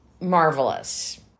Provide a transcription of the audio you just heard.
marvelous